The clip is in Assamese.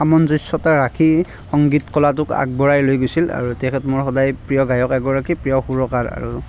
সামঞ্জস্যতা ৰাখি সংগীত কলাটোক আগবঢ়াই লৈ গৈছিল আৰু তেখেত মোৰ সদায় প্ৰিয় গায়ক এগৰাকী প্ৰিয় সুৰকাৰ